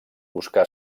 buscar